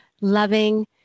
loving